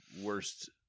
worst